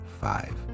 five